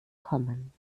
kommen